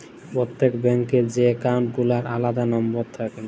প্রত্যেক ব্যাঙ্ক এ যে একাউল্ট গুলার আলাদা লম্বর থাক্যে